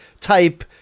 type